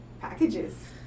packages